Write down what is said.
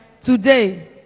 today